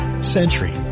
Century